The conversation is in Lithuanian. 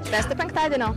švęsti penktadienio